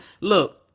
look